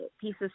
pieces